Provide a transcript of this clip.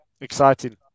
exciting